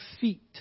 feet